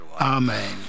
Amen